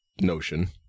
notion